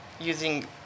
using